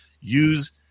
use